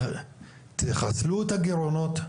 תחסלו את הגירעונות,